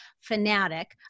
fanatic